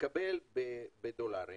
מתקבל בדולרים